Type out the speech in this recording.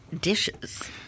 dishes